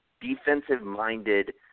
defensive-minded